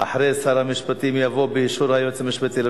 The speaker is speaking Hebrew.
עכשיו מצביעים על הצעת הוועדה.